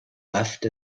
left